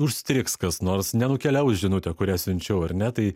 užstrigs kas nors nenukeliaus žinutė kurią siunčiau ar ne tai